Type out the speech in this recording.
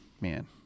man